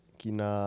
kina